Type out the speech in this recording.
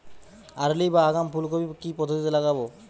Early বা আগাম ফুল কপি কি পদ্ধতিতে লাগাবো?